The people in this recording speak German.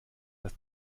das